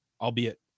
albeit